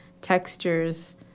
textures